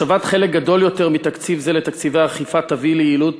השבת חלק גדול יותר מתקציב זה לתקציבי האכיפה תביא ליעילות